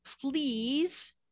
please